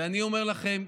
ואני אומר לכם,